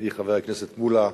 ידידי חבר הכנסת מולה,